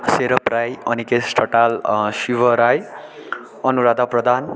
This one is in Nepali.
सेरभ राई अनिकेश ठटाल शिव राई अनुराधा प्रधान